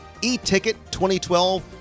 eticket2012